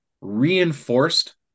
reinforced